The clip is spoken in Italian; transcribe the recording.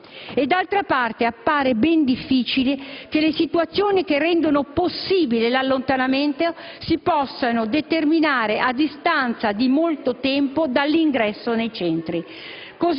D'altra parte, appare ben difficile che le situazioni che rendono possibile l'allontanamento si possano determinare a distanza di molto tempo dall'ingresso nei centri.